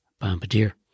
bombardier